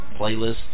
playlists